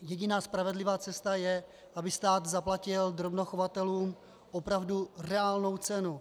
Jediná spravedlivá cesta je, aby stát zaplatil drobnochovatelům opravdu reálnou cenu.